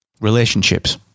relationships